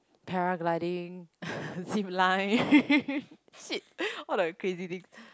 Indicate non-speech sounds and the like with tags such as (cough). paragliding (laughs) zipline (laughs) shit all the crazy things